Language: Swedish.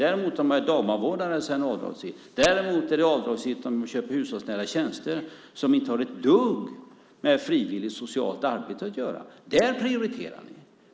Däremot är det avdragsgillt om de har dagbarnvårdare eller om de köper hushållsnära tjänster, som inte har ett dugg med frivilligt socialt arbete att göra. Det prioriterar ni.